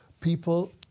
people